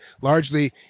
largely